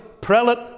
prelate